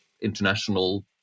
international